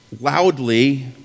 loudly